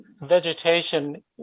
vegetation